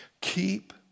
keep